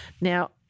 Now